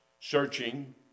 searching